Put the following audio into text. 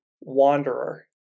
wanderer